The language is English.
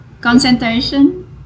concentration